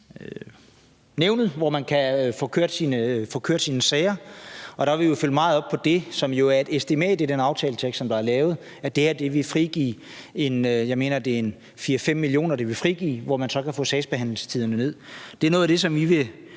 huslejenævnet, så man kan få kørt sine sager. Der vil vi følge meget op på det, som jo er et estimat i den aftaletekst, som der er lavet, om, at det her vil frigive en 5 mio. kr., mener jeg det er, hvor man så kan få sagsbehandlingstiderne ned. Det er noget af det, som vi vil